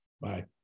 Bye